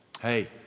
Hey